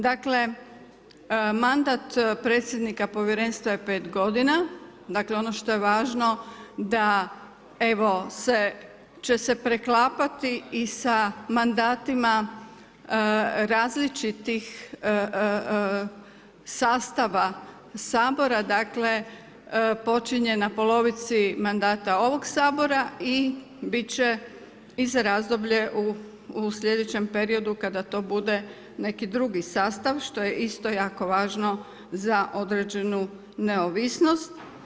Dakle, mandat predsjednik povjerenstva je 5 g., dakle ono što je važno da evo će se preklapati i sa mandatima različitih sastava Sabora, dakle počinje na polovici mandata ovog Sabora i bit će i za razdobljem u slijedećem periodu kada to bude neki drugi sastav što je isto jako važno za određenu neovisnost.